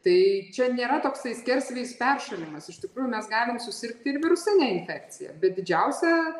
tai čia nėra toksai skersvėjis peršalimas iš tikrųjų mes galim susirgt ir virusine infekcija bet didžiausia